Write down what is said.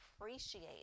appreciate